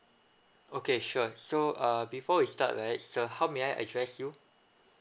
okay sure so uh before we start right sir how may I address you